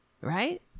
Right